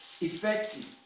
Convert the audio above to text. effective